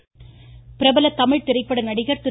ரஜினி பிரபல தமிழ்த் திரைப்பட நடிகர் திரு